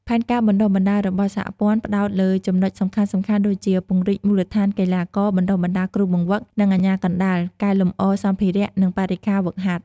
ផែនការបណ្តុះបណ្តាលរបស់សហព័ន្ធផ្តោតលើចំណុចសំខាន់ៗដូចជា ពង្រីកមូលដ្ឋានកីឡាករ បណ្តុះបណ្តាលគ្រូបង្វឹក និងអាជ្ញាកណ្តាល កែលម្អសម្ភារៈ និងបរិក្ខារហ្វឹកហាត់ ។